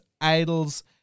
Idols